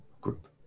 Group